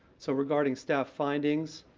so, regarding staff findings,